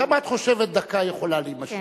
כמה את חושבת שדקה יכולה להימשך?